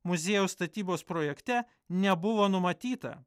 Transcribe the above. muziejaus statybos projekte nebuvo numatyta